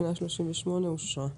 תקנה 38 אושרה פה-אחד.